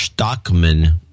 Stockman